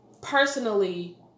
personally